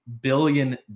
billion